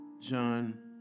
John